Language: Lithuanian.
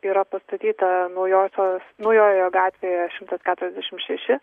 yra pastatyta naujosios naujojoje gatvėje šimtas keturiasdešimt šeši